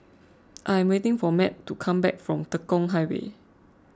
I am waiting for Mat to come back from Tekong Highway